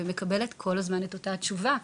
ומקבלת שוב ושוב את אותה תשובה,